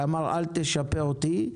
שאמר אל תשפה אותי,